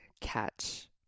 catch